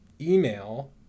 email